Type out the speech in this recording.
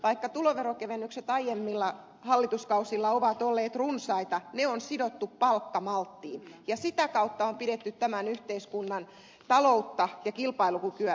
vaikka tuloveron kevennykset aiemmilla hallituskausilla ovat olleet runsaita ne on sidottu palkkamalttiin ja sitä kautta on pidetty tämän yhteiskunnan taloutta ja kilpailukykyä yllä